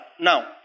now